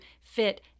fit